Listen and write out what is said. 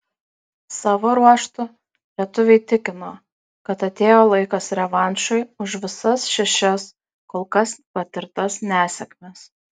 savo ruožtu lietuviai tikino kad atėjo laikas revanšui už visas šešias kol kas patirtas nesėkmes